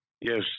Yes